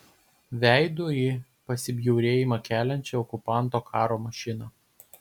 veidu į pasibjaurėjimą keliančią okupanto karo mašiną